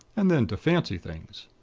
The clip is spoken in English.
and then to fancy things.